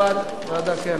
ועדה, כן.